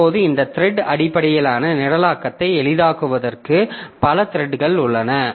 இப்போது இந்த த்ரெட் அடிப்படையிலான நிரலாக்கத்தை எளிதாக்குவதற்கு பல த்ரெட்கள் உள்ளன